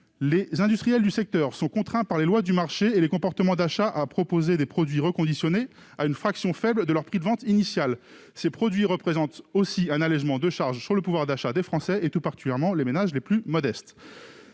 Les industriels du secteur sont contraints par les lois du marché et par les comportements d'achat de proposer des produits reconditionnés à une faible fraction de leur prix de vente initial. Ces produits permettent donc d'alléger les charges pesant sur le pouvoir d'achat des Français, tout particulièrement des ménages les plus modestes.